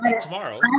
tomorrow